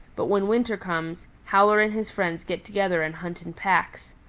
but when winter comes, howler and his friends get together and hunt in packs.